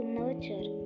nurture